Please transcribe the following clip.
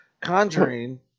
Conjuring